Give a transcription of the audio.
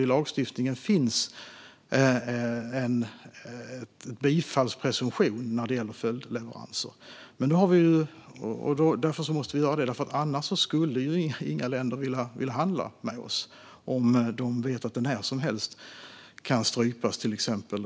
I lagstiftningen finns en bifallspresumtion för följdleveranser, och det är därför vi måste göra det här. Inga länder skulle ju annars vilja handla med oss om de visste att leveransen av